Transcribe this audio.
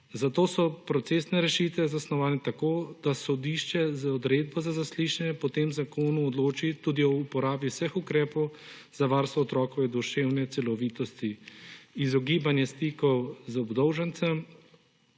Zato so procesne rešitve zasnovane tako, da sodišče z odredbo za zaslišanje po tem zakonu odloči tudi o uporabi vseh ukrepov za varstvo otrokove duševne celovitosti – izogibanje stikov z obdolžencem,